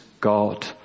God